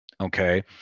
Okay